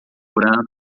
branco